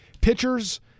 pitchers